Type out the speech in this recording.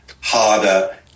harder